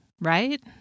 right